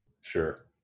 Sure